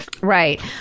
Right